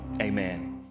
Amen